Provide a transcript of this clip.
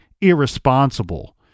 irresponsible